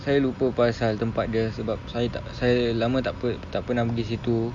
saya lupa pasal tempat dia sebab saya tak saya lama tak pergi tak pernah pergi situ